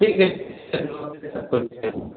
ठीक है सब करके दे दूँगा